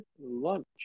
lunch